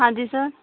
ਹਾਂਜੀ ਸਰ